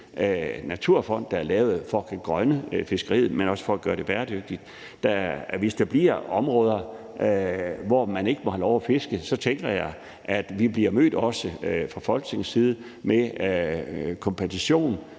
naturfond, der er lavet for at grønne fiskeriet, men også for at gøre det bæredygtigt, at hvis der bliver områder, hvor man ikke må have lov til at fiske, vil Folketinget blive mødt med et ønske om kompensation.